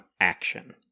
action